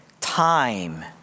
time